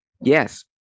Yes